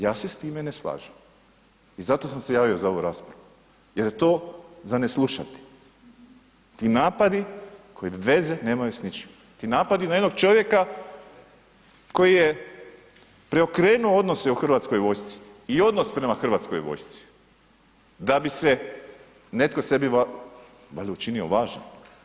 Ja se s time ne slažem i zato sam se javio za ovu raspravu jer je to za ne slušati, ti napadi koji veze nemaju s ničim, ti napadi na jednog čovjeka koji je preokrenuo odnose u Hrvatskoj vojsci i odnos prema Hrvatskoj vojsci da bi se netko sebi valjda učinio važnim.